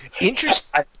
interesting